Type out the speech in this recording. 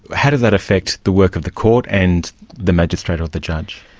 how does that affect the work of the court and the magistrate or the judge?